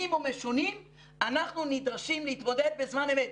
ומשונים אנחנו נדרשים להתמודד בזמן אמת,